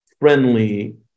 friendly